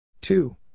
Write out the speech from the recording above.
Two